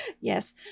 Yes